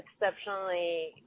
exceptionally